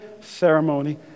ceremony